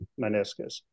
meniscus